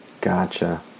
Gotcha